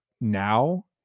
now